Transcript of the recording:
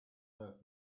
earth